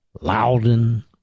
Loudon